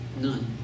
None